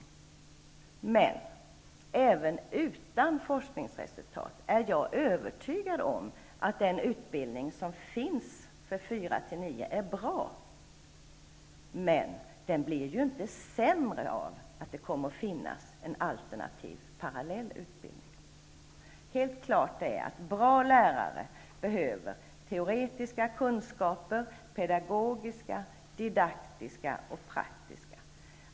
Jag är emellertid även utan stöd av forskningsresultat övertygad om att den utbildning som finns för årskurserna 4--9 är bra, men den blir ju inte sämre av att det kommer att finnas en alternativ, parallell utbildning. Helt klart är att bra lärare behöver teoretiska kunskaper liksom pedagogiska, didaktiska och praktiska.